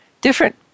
different